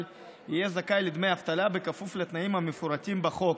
יהיה זכאי לדמי אבטלה בכפוף לתנאים המפורטים בחוק.